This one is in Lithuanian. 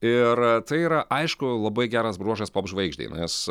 ir tai yra aišku labai geras bruožas popžvaigždei nes